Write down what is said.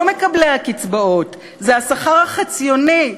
לא מקבלי הקצבאות, זה השכר החציוני,